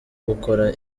gukora